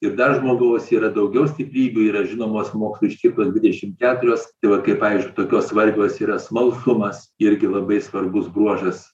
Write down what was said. ir dar žmogaus yra daugiau stiprybių yra žinomos mokslo ištirtos dvidešim keturios tai va kaip pavyzdžiui tokios svarbios yra smalsumas irgi labai svarbus bruožas